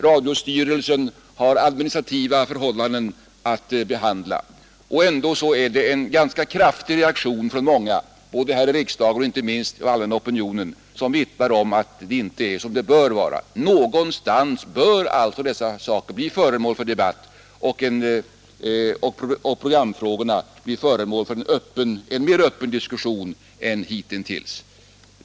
Radiostyrelsen har administrativa förhållanden att sköta. Ändå sker en ganska kraftig reaktion från många, både här i riksdagen och inte minst bland den allmänna opinionen, som vittnar om att det inte är som det bör vara. Någonstans bör alltså dessa programfrågor bli föremål för en mera öppen diskussion än hittills.